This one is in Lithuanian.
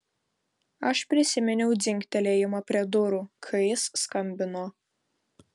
aš prisiminiau dzingtelėjimą prie durų kai jis skambino